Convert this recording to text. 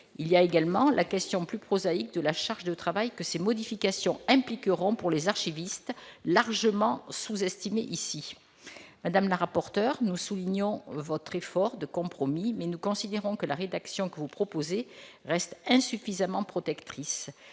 il y a également la question plus prosaïques de la charge de travail que ces modifications impliqueront pour les archivistes largement sous-estimé ici, madame la rapporteur nous soulignons votre effort de compromis, mais nous considérons que la rédaction que vous proposez reste insuffisamment protectrice,